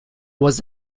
was